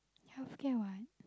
healthcare what